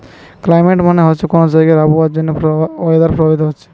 climate মানে হচ্ছে কুনো জাগার আবহাওয়া যার জন্যে ওয়েদার প্রভাবিত হচ্ছে